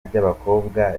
ry’abakobwa